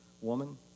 woman